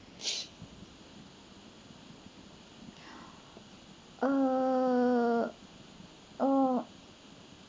err uh